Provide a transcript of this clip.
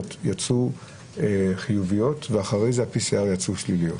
יצאו חיוביות ואחרי זה ב-PCR יצאו שליליות?